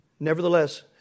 Nevertheless